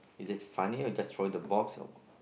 is it funny or just throwing the box or